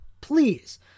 please